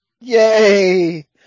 Yay